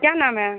क्या नाम है